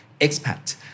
expat